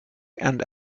and